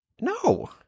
No